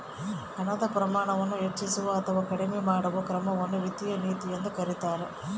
ಹಣದ ಪ್ರಮಾಣವನ್ನು ಹೆಚ್ಚಿಸುವ ಅಥವಾ ಕಡಿಮೆ ಮಾಡುವ ಕ್ರಮವನ್ನು ವಿತ್ತೀಯ ನೀತಿ ಎಂದು ಕರೀತಾರ